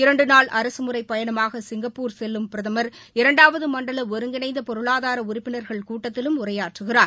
இரண்டு நாள் அரசுமுறைப் பயணமாக சிங்கப்பூர் செல்லும் பிரதமர் இரண்டாவது மண்டல ஒருங்கிணைந்த பொருளாதார உறுப்பினர்கள் கூட்டத்திலும் உரையாற்றுகிறார்